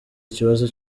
ikibazo